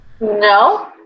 No